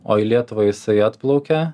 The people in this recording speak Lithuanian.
o į lietuvą jisai atplaukia